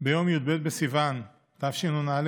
ביום י"ב בסיוון תשנ"א,